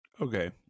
Okay